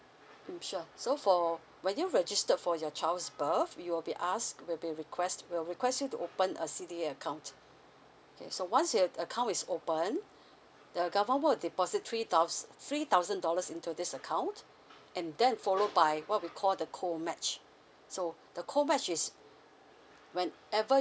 mm sure so for when you register for your child's birth you will be ask will be request we will request you to open a C_D_A account okay so once you have account is open the government will deposit three thous~ three thousand dollars into this account and then followed by what we call the cold match so the cold match is whenever